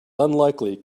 unlikely